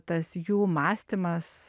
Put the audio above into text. tas jų mąstymas